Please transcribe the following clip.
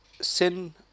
sin